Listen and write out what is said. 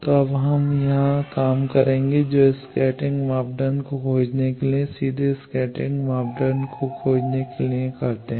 तो अब यहाँ हम वही काम करेंगे जो स्कैटरिंग मापदंड को खोजने के लिए सीधे स्कैटरिंग मापदंड को खोजने के लिए करते हैं